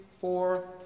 four